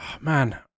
man